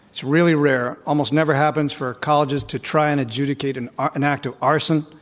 it's really rare almost never happens for colleges to try and adjudicate an ah an act of arson.